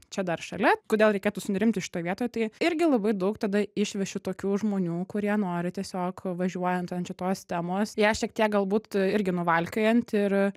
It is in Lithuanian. čia dar šalia kodėl reikėtų sunerimti šitoj vietoj tai irgi labai daug tada išveši tokių žmonių kurie nori tiesiog važiuojant ant šitos temos ją šiek tiek galbūt irgi nuvalkiojant ir